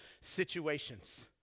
situations